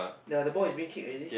ya the ball is being kicked already